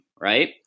right